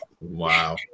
wow